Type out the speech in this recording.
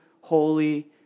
holy